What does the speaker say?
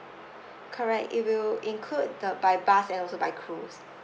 correct it will include the by bus and also by cruise